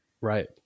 Right